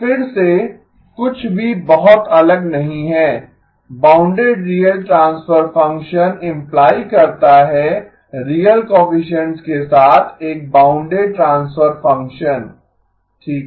तो फिर से कुछ भी बहुत अलग नहीं है bounded real transfer function imply करता है रियल कोएफिसिएन्ट्स के साथ एक बाउंडेड ट्रांसफर फ़ंक्शन ठीक है